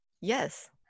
Yes